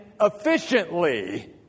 efficiently